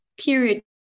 period